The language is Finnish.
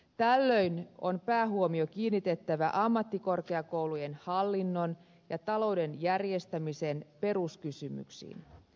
tällöin on päähuomio kiinnitettävä ammattikorkeakoulujen hallinnon ja talouden järjestämisen peruskysymyksiin